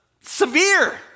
severe